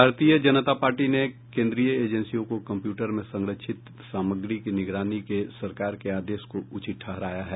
भारतीय जनता पार्टी ने केन्द्रीय एजेंसियों को कम्प्यूटर में संरक्षित सामग्री की निगरानी के सरकार के आदेश को उचित ठहराया है